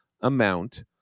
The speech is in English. amount